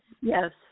yes